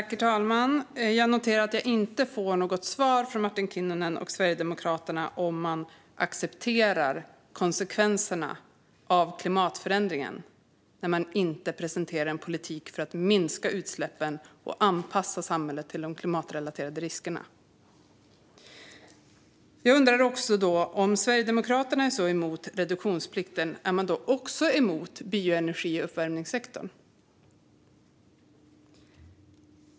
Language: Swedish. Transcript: Herr talman! Jag noterar att jag inte får något svar från Martin Kinnunen och Sverigedemokraterna om man accepterar konsekvenserna av klimatförändringen när man inte presenterar en politik för att minska utsläppen och anpassa samhället till de klimatrelaterade riskerna. Jag undrade också: Om Sverigedemokraterna är så emot reduktionsplikten, är man då också emot bioenergiuppvärmningssektorn?